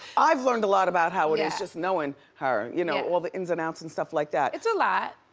i've learned a lot about how it is just knowing her, you know all the ins and outs and stuff like that. it's a lot.